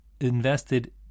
invested